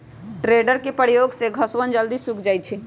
tedder के प्रयोग से घसवन जल्दी सूख भी जाहई